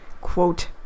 quote